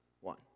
one